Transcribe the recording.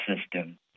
system